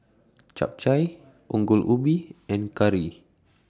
Chap Chai Ongol Ubi and Curry